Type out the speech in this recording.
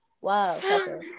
Wow